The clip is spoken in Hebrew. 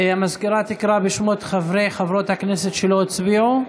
המזכיר תקרא בשמות חברי וחברות הכנסת שלא הצביעו,